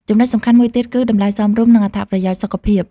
ចំណុចសំខាន់មួយទៀតគឺ តម្លៃសមរម្យ និងអត្ថប្រយោជន៍សុខភាព។